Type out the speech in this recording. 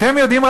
אתם יודעים,